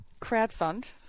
crowdfund